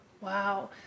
Wow